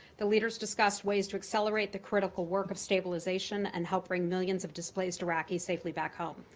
the leaders discussed ways to accelerate the critical work of stabilization and help bring millions of displaced iraqis safely back home.